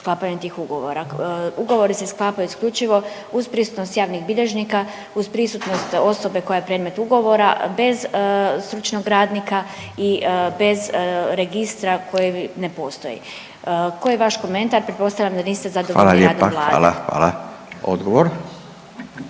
sklapanja tih ugovora? Ugovori se sklapaju isključivo uz prisutnost javnih bilježnika, uz prisutnost osobe koja je predmet ugovora, bez stručnog radnika i bez registra koji ne postoji. Koji je vaš komentar pretpostavljam da niste zadovoljni radom Vlade. **Radin, Furio